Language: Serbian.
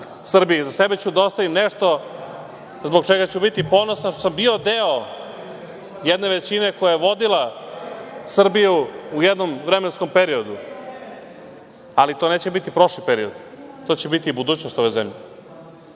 Srbije, iza sebe ću da ostavim nešto zbog čega ću biti ponosan što sam bio deo jedne većine koja je vodila Srbiju u jednom vremenskom periodu, ali to neće biti prošli period, to će biti budućnost ove zemlje,